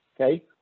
okay